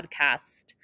podcast